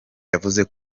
yavuze